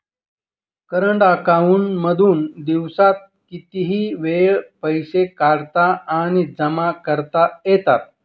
current account मधून दिवसात कितीही वेळ पैसे काढता आणि जमा करता येतात